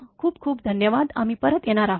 खूप खूप धन्यवाद आम्ही परत येणार आहोत